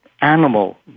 animal